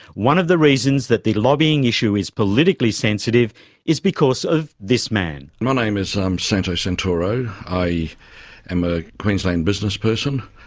one of the reasons that the lobbying issue is politically sensitive is because of this man. my name is um santo santoro, i am a queensland businessperson.